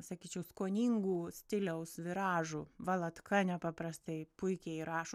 sakyčiau skoningų stiliaus viražų valatka nepaprastai puikiai rašo